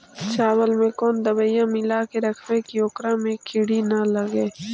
चावल में कोन दबाइ मिला के रखबै कि ओकरा में किड़ी ल लगे?